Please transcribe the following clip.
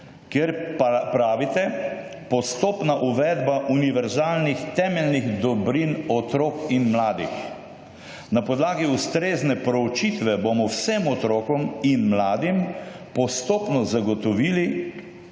kjer pravite: postopna uvedba univerzalnih temeljnih dobrin otrok in mladih. Na podlagi ustrezne proučitve bomo vsem otrokom in mladim postopno zagotovili